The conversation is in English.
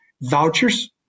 vouchers